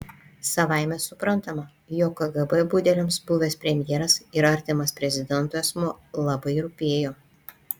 savaime suprantama jog kgb budeliams buvęs premjeras ir artimas prezidentui asmuo labai rūpėjo